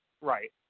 Right